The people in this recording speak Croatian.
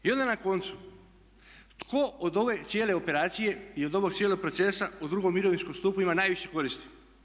I onda na koncu tko od ove cijele operacije i od ovog cijelog procesa u drugom mirovinskom stupu ima najviše koristi?